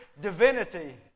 divinity